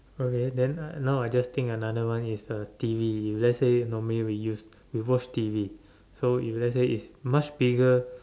okay then uh now I just think another one is uh T_V if let's say normally we use we watch T_V so if let's say is much bigger